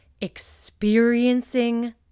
experiencing